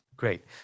Great